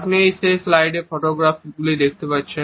আপনি এই স্লাইডে যে ফটোগ্রাফগুলি দেখতে পাচ্ছেন